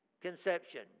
conception